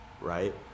Right